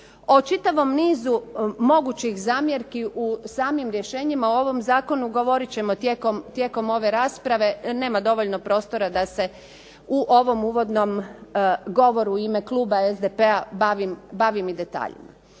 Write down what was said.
O čitavom nizu mogućih zamjerki u samim rješenjima o ovom zakonu govorit ćemo tijekom ove rasprave. Nema dovoljno prostora da se u ovom uvodnom govoru u ime kluba SDP-a bavim i detaljima.